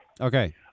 Okay